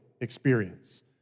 experience